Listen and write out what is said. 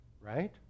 right